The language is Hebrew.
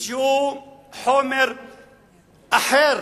איזשהו חומר אחר